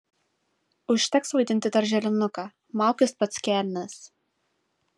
užteks vaidinti darželinuką maukis pats kelnes